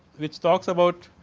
which talks about